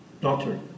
Doctor